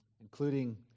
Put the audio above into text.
including